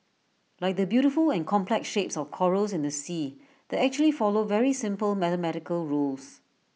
like the beautiful and complex shapes of corals in the sea that actually follow very simple mathematical rules